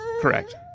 Correct